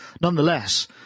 nonetheless